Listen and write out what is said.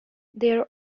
there